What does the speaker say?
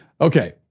Okay